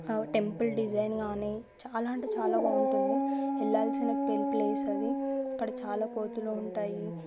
temple design కానీ చాలా అంటే చాలా బాగుంటుంది వెళ్ళాల్సిన ప్లేస్ అది అక్కడ చాలా కోతులు ఉంటాయి